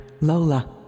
Lola